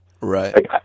Right